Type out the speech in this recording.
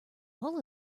hull